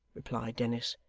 replied dennis.